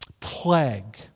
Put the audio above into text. plague